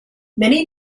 many